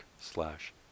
slash